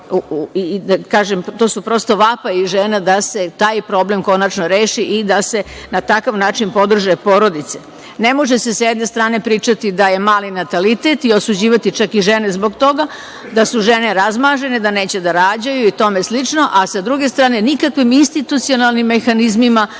da kažem, to su prosto vapaji žena da se taj problem konačno reši i da se na takav način podrže porodice. Ne može se sa jedne strane pričati da je mali natalitet i osuđivati čak i žene zbog toga, da su žene razmažene i da neće da rađaju i tome slično, a sa druge strane, nikakvim institucionalnim mehanizmima